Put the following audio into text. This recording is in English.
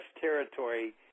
territory